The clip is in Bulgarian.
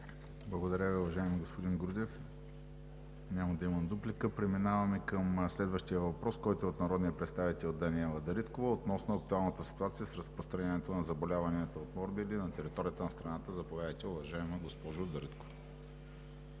Благодаря Ви, уважаеми господин Грудев! Няма да има дуплика. Преминаваме към следващия въпрос, който е от народния представител Даниела Дариткова, относно актуалната ситуация с разпространението на заболяванията от морбили на територията на страната. Заповядайте, уважаема госпожо Дариткова.